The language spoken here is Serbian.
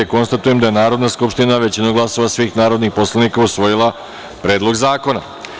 Konstatujem da je Narodna skupština, većinom glasova svih narodnih poslanika, usvojila Predlog zakona.